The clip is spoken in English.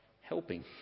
helping